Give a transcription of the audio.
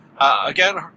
Again